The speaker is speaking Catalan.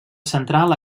central